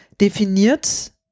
definiert